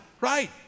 right